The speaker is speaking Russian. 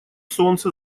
солнце